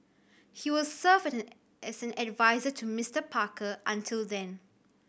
he will serve as an adviser to Mister Parker until then